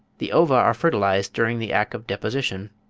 the ova are fertilised during the act of deposition,